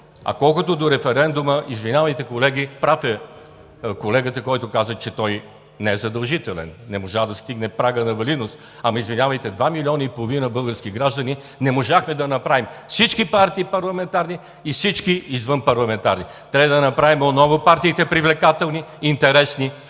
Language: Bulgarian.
Колкото до референдума – извинявайте, колеги, прав е колегата, който каза, че той не е задължителен, не можа да стигне прага на валидност. Извинявайте, 2,5 милиона български граждани не можаха да направят – всички парламентарни партии и всички извънпарламентарни. Трябва да направим отново партиите привлекателни, интересни.